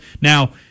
Now